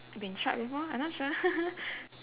been tried before I not sure